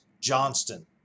Johnston